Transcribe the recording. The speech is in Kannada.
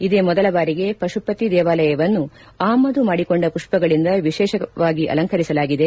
ಇದೇ ಮೊದಲ ಬಾರಿಗೆ ಪಶುಪತಿ ದೇವಾಲಯವನ್ನು ಆಮದು ಮಾಡಿಕೊಂಡ ಪುಷ್ಪಗಳಿಂದ ವಿಶೇಷವಾಗಿ ಅಲಂಕರಿಸಲಾಗಿದೆ